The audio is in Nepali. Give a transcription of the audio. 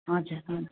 हजुर हज